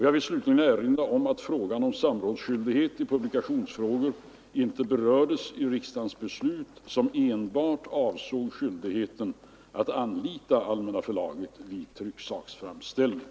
Jag vill slutligen erinra om att frågan om samrådsskyldighet i publikationsfrågor inte berördes i riksdagens beslut, som enbart avsåg skyldigheten att anlita Allmänna förlaget vid trycksaksframställning.